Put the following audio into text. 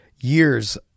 Years